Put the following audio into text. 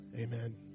Amen